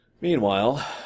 Meanwhile